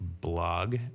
blog